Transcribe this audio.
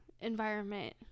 environment